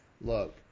look